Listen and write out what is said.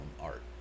art